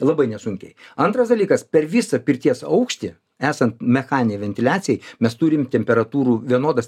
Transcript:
labai nesunkiai antras dalykas per visą pirties aukštį esant mechaninei ventiliacijai mes turim temperatūrų vienodas